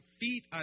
feet